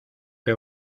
que